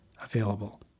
available